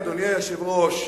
אדוני היושב-ראש,